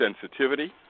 sensitivity